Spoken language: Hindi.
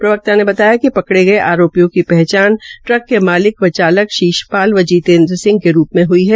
प्रवक्ता ने बताया कि कड़े गये अरोपियों की हचान ट्रक के मालिक व चालक शशि ाल व जीतेन्द्र सिंह के रू में हई है